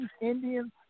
Indians